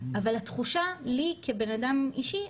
אבל התחושה לי כבנאדם מאוד אישי,